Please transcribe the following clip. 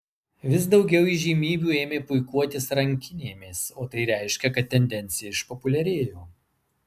vis daugiau įžymybių ėmė puikuotis rankinėmis o tai reiškė kad tendencija išpopuliarėjo